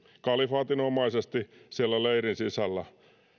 kalifaatin omaisesti siellä leirin sisällä